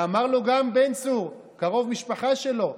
ואמר לו גם בן צור, קרוב משפחה שלו: